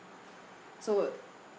so